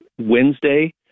Wednesday